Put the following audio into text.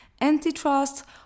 antitrust